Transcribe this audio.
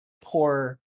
poor